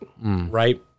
Right